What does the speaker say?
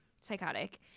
psychotic